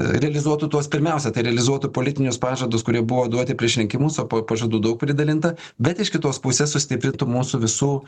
realizuotų tuos pirmiausia tai realizuotų politinius pažadus kurie buvo duoti prieš rinkimus o po pažadų daug pridalinta bet iš kitos pusės sustiprintų mūsų visų